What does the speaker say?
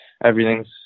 everything's